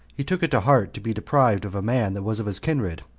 he took it to heart to be deprived of a man that was of his kindred,